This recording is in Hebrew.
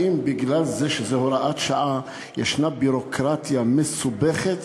האם מפני שזו הוראת שעה יש ביורוקרטיה מסובכת